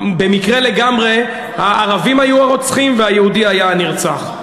במקרה לגמרי הערבים היו הרוצחים והיהודי היה הנרצח,